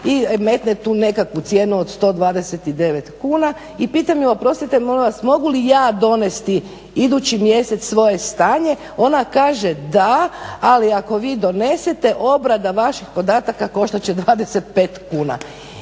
imala i nekakvu tu cijenu od 129 kuna i pitam ju, oprostite molim vas, mogu li ja donijeti idući mjesec svoje stanje, da ali ako vi donesete obrada vaših podataka koštat će 25 kuna